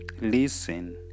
listen